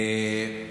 כאילו,